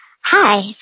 Hi